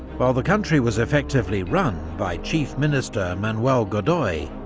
while the country was effectively run by chief minister manuel godoy,